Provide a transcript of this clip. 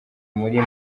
muri